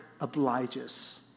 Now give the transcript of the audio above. obliges